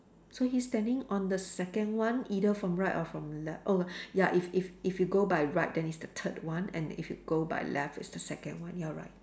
so he's standing on the second one either from right or from le~ oh ya if if if you go by right then it's the third one and if you go by left it's the second one you're right